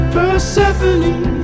Persephone